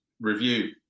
review